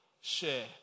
share